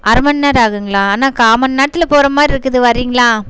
அரை மணி நேரம் ஆகுங்களா அண்ணா கால் மணி நேரத்தில் போகிற மாதிரி இருக்குது வரீங்களா